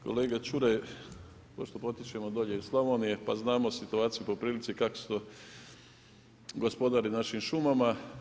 Kolega Čuraj, mi isto potječemo dolje iz Slavonije pa znamo situaciju po prilici kako se to gospodari našim šumama.